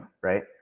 right